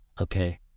Okay